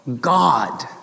God